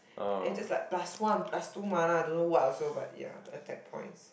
and is just like plus one plus two mana don't know what also but ya attack points